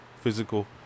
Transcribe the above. physical